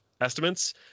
estimates